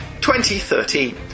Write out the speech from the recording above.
2013